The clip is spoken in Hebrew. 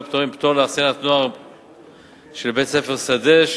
(פטורין) (פטור לאכסניית נוער של בית-ספר שדה),